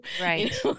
Right